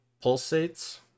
pulsates